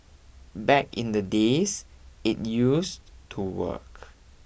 back in the days it used to work